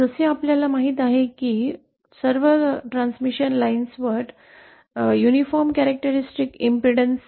जसे आपल्याला माहित आहे की एक समान वैशिष्ट्य प्रतिबाधा सर्व ट्रान्समिशन लाइनसाठी युनिफॉर्म सह संबंधित आहे